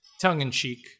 tongue-in-cheek